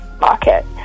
market